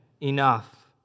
enough